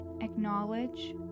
Acknowledge